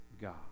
God